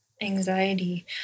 Anxiety